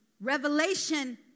Revelation